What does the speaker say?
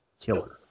killer